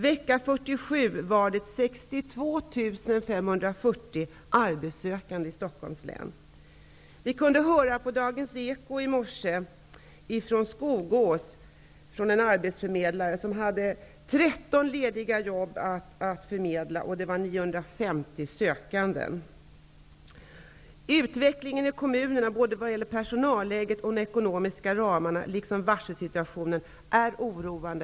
Vecka 47 fanns det 62 540 arbetssökande i Stockholms län. Vi kunde i morse på Dagens eko höra om en arbetsförmedlare i Utvecklingen i kommunerna på personalområdet och när det gäller de ekonomiska ramarna och varselsituationen är oroande.